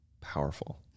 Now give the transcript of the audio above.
powerful